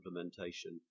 implementation